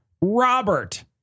Robert